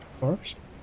first